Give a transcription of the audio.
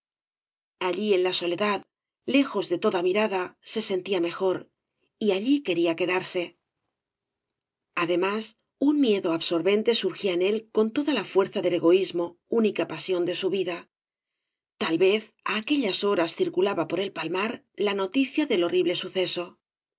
allí en la soledad lejos de toda mirada se aentía mejor y allí quería quedarse además un miedo absorbente surgía en él con toda la fuerza del egoísmo única pasión de su vida tal vez á aquellas horas circulaba por el palmar la noticia del horrible suceso